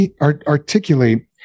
articulate